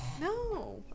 No